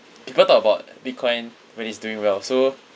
people talk about bitcoin when it's doing well so